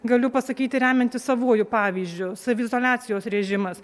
galiu pasakyti remiantis savuoju pavyzdžiu saviizoliacijos režimas